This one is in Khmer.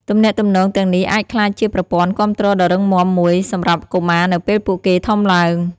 ទំនាក់ទំនងទាំងនេះអាចក្លាយជាប្រព័ន្ធគាំទ្រដ៏រឹងមាំមួយសម្រាប់កុមារនៅពេលពួកគេធំឡើង។